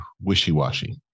wishy-washy